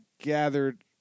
gathered